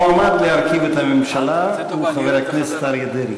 המועמד להרכיב את הממשלה הוא חבר הכנסת אריה דרעי.